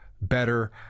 better